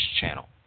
channel